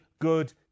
good